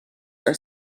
are